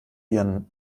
ihren